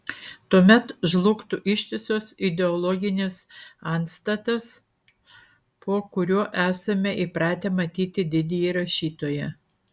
tuomet žlugtų ištisas ideologinis antstatas po kuriuo esame įpratę matyti didįjį rašytoją